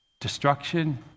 destruction